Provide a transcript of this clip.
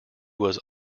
was